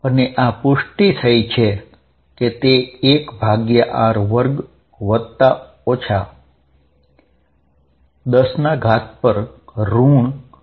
અને આ પુષ્ટિ થઈ છે કે તે 1r 2 10 17 જેટલું છે